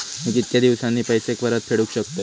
मी कीतक्या दिवसांनी पैसे परत फेडुक शकतय?